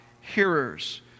hearers